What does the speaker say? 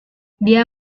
dia